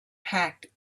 packed